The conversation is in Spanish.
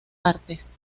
partes